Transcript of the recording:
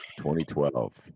2012